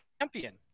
champion